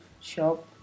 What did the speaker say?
shop